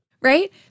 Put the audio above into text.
Right